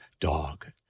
Dog